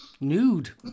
Nude